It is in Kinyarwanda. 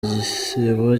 igisibo